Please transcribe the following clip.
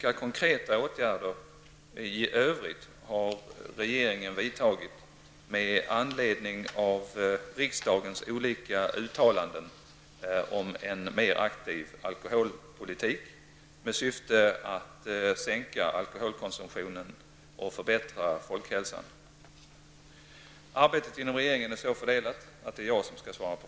Arbetet inom regeringen är så fördelat att det är jag som skall svara på interpellationen.